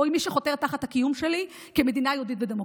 או עם מי שחותר תחת הקיום שלי כמדינה יהודית ודמוקרטית.